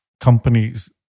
companies